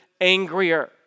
angrier